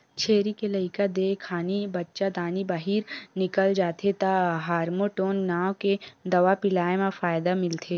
छेरी के लइका देय खानी बच्चादानी बाहिर निकल जाथे त हारमोटोन नांव के दवा पिलाए म फायदा मिलथे